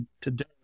today